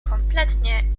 kompletnie